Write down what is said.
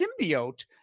symbiote